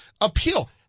appeal